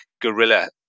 guerrilla